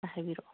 ꯍꯥꯏꯕꯤꯔꯛꯑꯣ